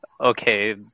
okay